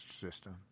system